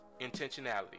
intentionality